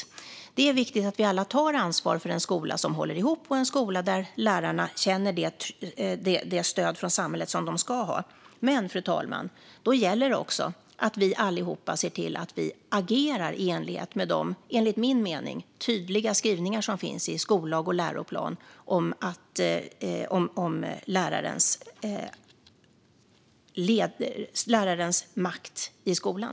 Det är viktigt att vi alla tar ansvar för en skola som håller ihop och en skola där lärarna känner det stöd från samhället som de ska ha. Men, fru talman, då gäller det också att vi allihop ser till att vi agerar i enlighet med de, enligt min mening, tydliga skrivningar som finns i skollag och läroplan om lärarens makt i skolan.